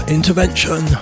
Intervention